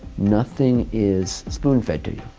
nothing is spoon-fed to you.